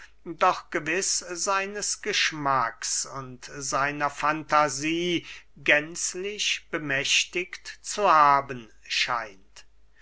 doch gewiß seines geschmacks und seiner fantasie gänzlich bemächtigt zu haben scheint